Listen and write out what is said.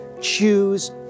choose